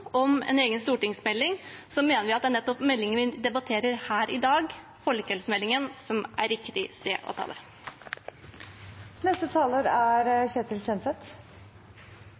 om en egen stortingsmelding, mener vi at det er nettopp i forbindelse med den meldingen vi debatterer her i dag, folkehelsemeldingen, at det er riktig å